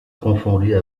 confondue